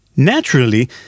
Naturally